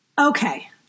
Okay